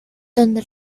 donde